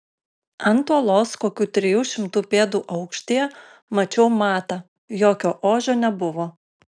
ant uolos kokių trijų šimtų pėdų aukštyje mačiau matą jokio ožio nebuvo